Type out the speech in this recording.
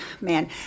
man